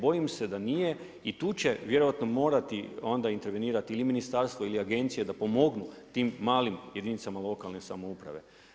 Bojim se da nije i tu će vjerojatno onda morati intervenirati ili ministarstvo ili agencija da pomognu tim malim jedinicama lokalne samouprave.